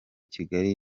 kigali